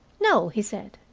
no, he said.